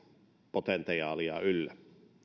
potentiaalia yllä